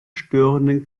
störenden